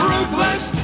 Ruthless